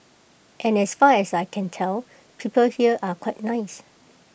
and as far as I can tell people here are quite nice